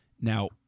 Now –